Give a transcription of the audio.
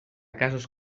casos